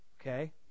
okay